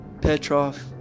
Petrov